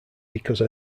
because